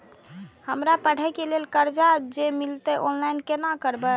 हमरा पढ़े के लेल कर्जा जे मिलते ऑनलाइन केना करबे?